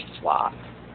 swap